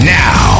now